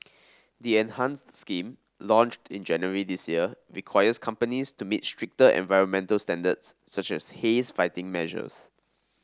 the enhanced scheme launched in January this year requires companies to meet stricter environmental standards such as haze fighting measures